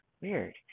Weird